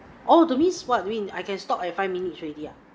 oh that means is what I'm doing I can stop at five minutes already ah